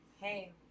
hey